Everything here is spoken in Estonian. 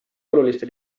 oluliste